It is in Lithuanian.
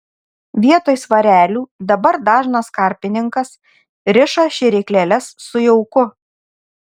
vietoj svarelių dabar dažnas karpininkas riša šėryklėles su jauku